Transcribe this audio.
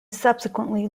subsequently